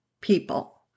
people